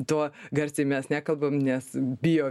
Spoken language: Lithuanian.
tuo garsiai mes nekalbam nes bijo